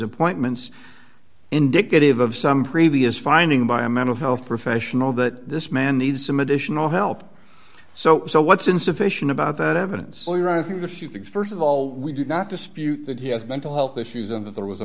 appointments indicative of some previous finding by a mental health professional that this man needs some additional help so what's insufficient about that evidence or i think this you think st of all we do not dispute that he has mental health issues and that there was a